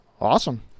Awesome